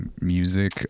music